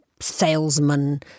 salesman